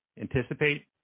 anticipate